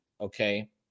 okay